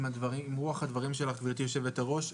רוח הדברים שלך, גברתי יושבת-הראש,